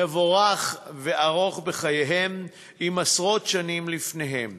מבורך וארוך בחייהם עם עשרות שנים לפניהם.